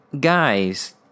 guys